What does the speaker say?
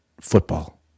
football